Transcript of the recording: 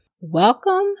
Welcome